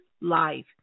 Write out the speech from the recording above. life